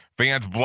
Fans